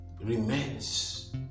remains